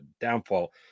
downfall